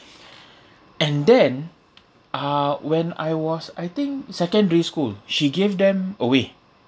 and then uh when I was I think secondary school she gave them away